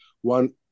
one